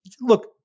look